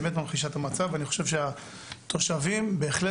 באמת ממחישה את המצב ואני חושב שהתושבים בהחלט